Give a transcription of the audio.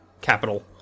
capital